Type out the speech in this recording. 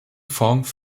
fonds